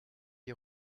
l’y